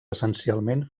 essencialment